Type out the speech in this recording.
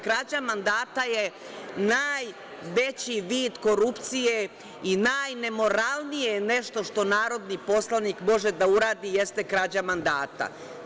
Krađa mandata je najveći vid korupcije i najnemoralnije nešto što narodni poslanik može da uradi jeste krađa mandata.